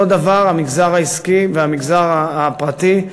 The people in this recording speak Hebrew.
אותו דבר המגזר העסקי והמגזר הפרטי,